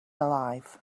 alive